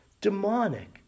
demonic